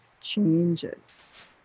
changes